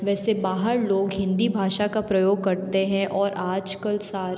वैसे बाहर लोग हिंदी भाषा का प्रयोग करते हैं और आज कल सारे